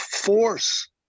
force